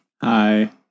Hi